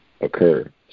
occur